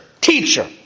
teacher